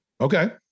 Okay